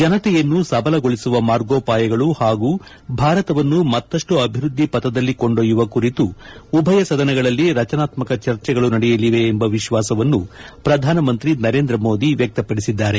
ಜನತೆಯನ್ನು ಸಬಲಗೊಳಿಸುವ ಮಾರ್ಗೋಪಾಯಗಳು ಹಾಗೂ ಭಾರತವನ್ನು ಮತ್ತಷ್ಟು ಅಭಿವೃದ್ದಿ ಪಥದಲ್ಲಿ ಕೊಂಡೊಯ್ಲುವ ಕುರಿತು ಉಭಯ ಸದನಗಳಲ್ಲಿ ರಚನಾತ್ತಕ ಚರ್ಚೆಗಳು ನಡೆಯಲಿವೆ ಎಂಬ ವಿಶ್ವಾಸವನ್ನು ಪ್ರಧಾನಮಂತ್ರಿ ನರೇಂದ್ರ ಮೋದಿ ವ್ಯಕ್ತ ಪಡಿಸಿದ್ದಾರೆ